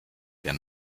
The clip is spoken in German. der